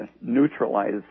neutralize